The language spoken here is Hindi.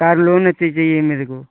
कार लोन एथी चाहिए मेरे को